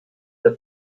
der